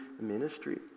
ministry